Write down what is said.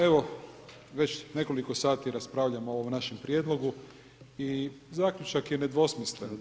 Evo već nekoliko sati raspravljamo o ovom našem prijedlogu i zaključak je nedvosmislen.